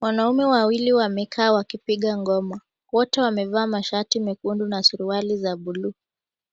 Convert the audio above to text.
Wanaume wawili wamekaa wakipiga ngoma. Wote wamevaa mashati mekundu na suruali za buluu.